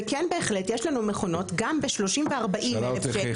וכן בהחלט יש לנו מכונות גם ב-30,000 ו-40,000 שקלים שאפשר להציע.